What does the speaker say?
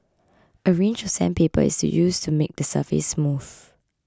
a range of sandpaper is used to make the surface smooth